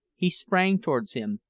he sprang towards him,